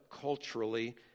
culturally